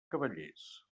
cavallers